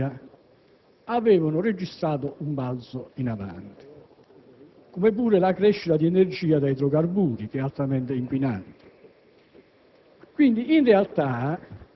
dei gas serra in Italia avevano registrato un balzo in avanti, come pure la crescita di energia da idrocarburi altamente inquinante.